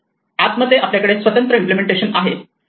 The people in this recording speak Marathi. आत मध्ये आपल्याकडे स्वतंत्र इम्पलेमेंटेशन आहे